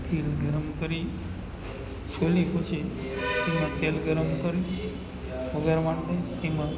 તેલ ગરમ કરી છોલીકું છે તેમાં તેલ ગરમ કરી વઘાર માટે તેમાં